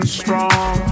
strong